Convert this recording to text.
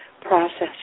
process